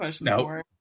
no